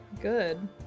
good